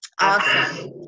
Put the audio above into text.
awesome